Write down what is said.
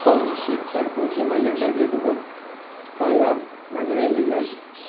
Covishield தடுப்பூசி மையங்கள் எதுவும் கொல்லம் நகரில் இல்லை